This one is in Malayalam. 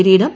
കിരീടം